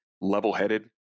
level-headed